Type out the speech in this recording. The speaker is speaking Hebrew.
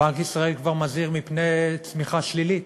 בנק ישראל כבר מזהיר מפני צמיחה שלילית,